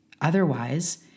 Otherwise